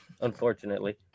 Unfortunately